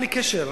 בלי קשר.